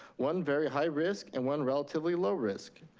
one very high risk, and one relatively low risk,